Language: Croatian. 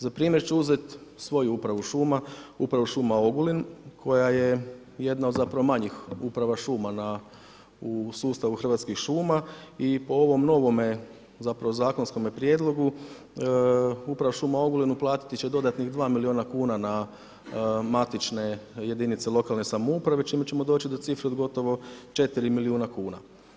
Za primjer ću uzeti svoju upravu šuma, Upravu šuma Ogulin koja je jedna od zapravo manjih uprava šuma u sustavu Hrvatskih šuma i po ovom novom zakonskome prijedlogu, uprava šuma u Ogulinu platiti će dodatnih 2 milijuna kuna na matične jedinice lokalne samouprave čime ćemo doći do cifre od gotovo 4 milijuna kuna.